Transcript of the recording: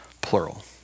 plural